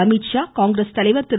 அமீத்ஷா காங்கிரஸ் தலைவர் திரு